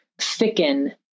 thicken